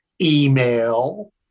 email